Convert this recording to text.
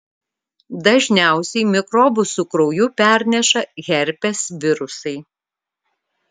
dažniausiai mikrobus su krauju perneša herpes virusai